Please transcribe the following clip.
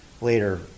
later